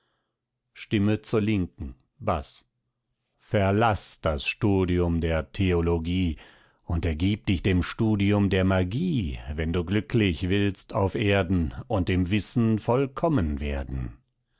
stimme zur linken baß verlaß das studium der theologie und ergieb dich dem studium der magie wenn du glücklich willst auf erden und im wißen vollkommen werden